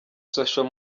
social